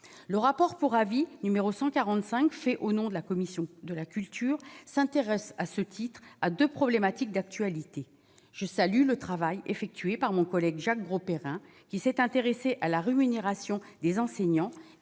le rapport pour avis numéro 145 fait au nom de la commission de la culture s'intéresse à ce titre à 2 problématiques d'actualité, je salue le travail effectué par mon collègue Jacques Grosperrin qui s'est intéressé à la rémunération des enseignants